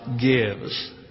gives